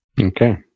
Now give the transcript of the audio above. Okay